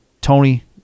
tony